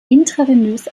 intravenös